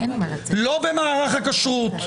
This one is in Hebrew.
לא במערך הכשרות,